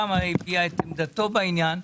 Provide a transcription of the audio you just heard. הביע את עמדתו בעניין.